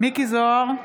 מיקי זוהר,